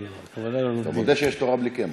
לא, הכוונה, אתה מודה שיש תורה בלי קמח.